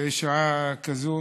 בשעה כזאת